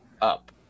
up